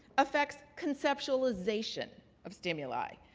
affects conceptualization of stimuli.